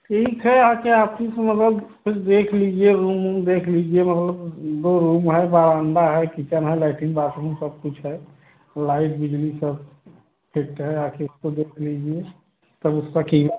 ठीक है आकर आफिस में मतलब सब कुछ देख लीजिए रूम वूम देख लीजिए मतलब दो रूम है बरामदा है किचन है लैट्रिन बाथरूम सब कुछ है लाइट बिजली सब फिट है आगे इसको देख लीजिए